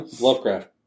Lovecraft